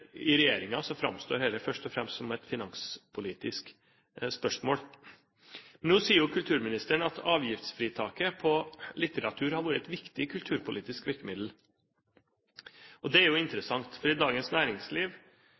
først og fremst framstår som et finanspolitisk spørsmål. Nå sier kulturministeren at avgiftsfritaket på litteratur har vært et viktig kulturpolitisk virkemiddel. Det er jo interessant. For i Dagens Næringsliv